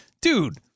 Dude